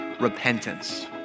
repentance